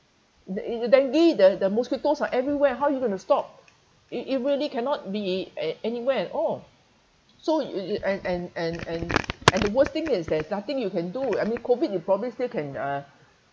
the if the dengue the the mosquitoes are everywhere how you're going to stop it it really cannot be a~ anywhere at all so y~ and and and and and the worst thing is there's nothing you can do I mean COVID you probably still can uh